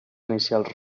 inicials